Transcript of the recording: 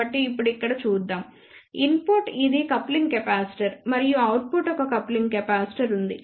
కాబట్టి ఇప్పుడు ఇక్కడ చూద్దాం ఇన్పుట్ ఇది కప్లింగ్ కెపాసిటర్ మరియు అవుట్పుట్ ఒక కప్లింగ్ కెపాసిటర్ ఉంది